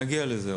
עוד נגיע לזה.